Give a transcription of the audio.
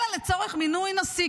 אלא לצורך מינוי נשיא,